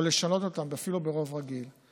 או לשנות אותם אפילו ברוב רגיל,